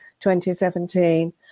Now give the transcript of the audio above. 2017